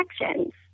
connections